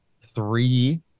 three